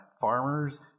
farmers